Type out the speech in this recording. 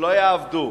שלא יעבדו.